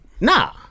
Nah